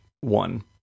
one